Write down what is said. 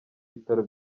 bitaro